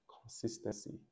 consistency